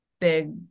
big